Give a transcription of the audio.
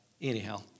anyhow